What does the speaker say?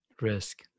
Risk